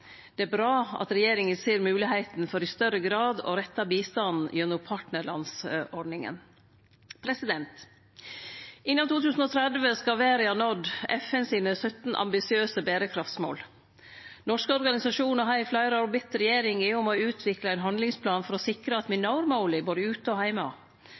Det er bra at regjeringa ser moglegheita for i større grad å rette bistanden gjennom partnarlandsordninga. Innan 2030 skal verda ha nådd FN sine 17 ambisiøse berekraftsmål. Norske organisasjonar har i fleire år bedt regjeringa om å utvikle ein handlingsplan for å sikre at me når måla, både ute og